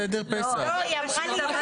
(ד)לא ייעשה שימוש בהערכת מסוכנות שהוגשה לבית המשפט